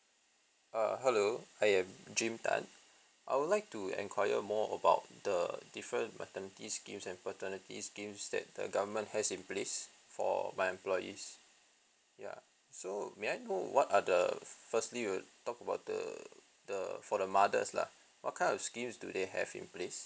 uh hello I am jim tan I would like to enquire more about the different maternity schemes and paternity schemes that the government has in place for my employees ya so may I know what are the firstly we'll talk about the the for the mothers lah what kind of schemes do they have in place